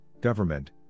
government